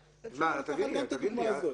אפשר לקחת גם את הדוגמה הזאת.